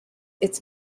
its